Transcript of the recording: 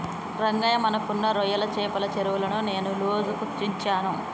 రంగయ్య మనకున్న రొయ్యల చెపల చెరువులను నేను లోజుకు ఇచ్చాను